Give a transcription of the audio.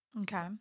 Okay